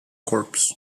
corps